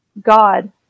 God